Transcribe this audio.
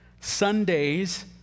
Sundays